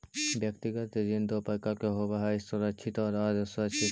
व्यक्तिगत ऋण दो प्रकार के होवऽ हइ सुरक्षित आउ असुरक्षित